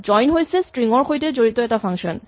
join হৈছে string ৰ সৈতে জড়িত এটা ফাংচন